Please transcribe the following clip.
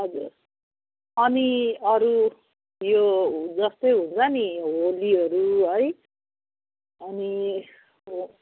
हजुर अनि अरू यो जस्तै हुन्छ नि होलीहरू है अनि हो